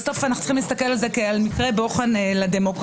בסוף אנחנו צריכים להסתכל על זה כעל מקרה בוחן לדמוקרטיה.